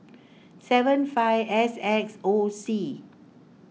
seven five S X O C